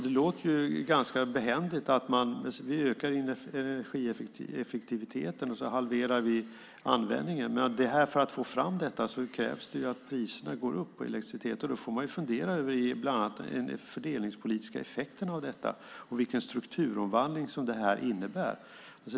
Det låter ganska behändigt att vi ökar energieffektiviteten, och så halverar vi användningen. För att få fram detta krävs det att priserna går upp på elektricitet. Då får man fundera över bland annat de fördelningspolitiska effekterna av detta och vilken strukturomvandling som det här innebär.